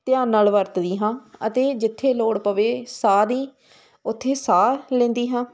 ਧਿਆਨ ਨਾਲ ਵਰਤਦੀ ਹਾਂ ਅਤੇ ਜਿੱਥੇ ਲੋੜ ਪਵੇ ਸਾਹ ਦੀ ਉੱਥੇ ਸਾਹ ਲੈਂਦੀ ਹਾਂ